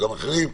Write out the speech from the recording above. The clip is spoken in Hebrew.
וגם אחרים,